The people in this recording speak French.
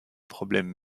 problèmes